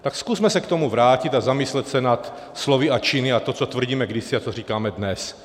Tak zkusme se k tomu vrátit a zamyslet se nad slovy a činy a to, co tvrdíme kdysi a co říkáme dnes.